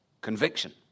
conviction